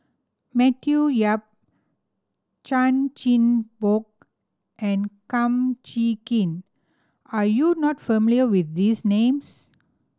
Matthew Yap Chan Chin Bock and Kum Chee Kin are you not familiar with these names